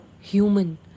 human